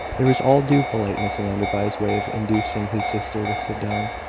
there was all due politeness in enderby's way of inducing his sister to sit down,